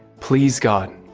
please, god,